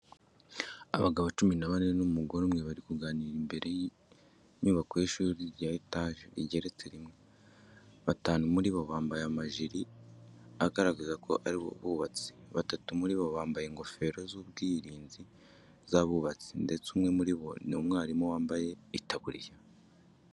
Abagabo cumi na bane n'umugore umwe bari kuganirira imbere y'inyubako y'ishuri rya etaje rigeretse rimwe, batanu muri bo bambaye amajiri agaragaza ko ari abubatsi, batatu muri bo bambaye ingofero z'ubwirinzi z'abubatsi ndetse umwe muri bo ni umwarimu wambaye itaburiya.